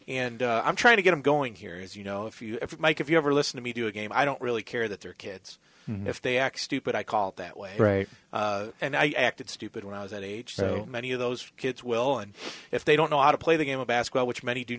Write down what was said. and i'm trying to get him going here is you know if you mike if you ever listen to me to a game i don't really care that they're kids and if they act stupid i call that way and i acted stupid when i was that age so many of those kids will and if they don't know how to play the game of basketball which many do